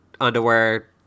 underwear